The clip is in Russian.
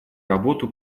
работу